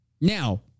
Now